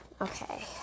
Okay